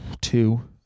two